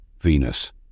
Venus